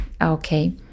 Okay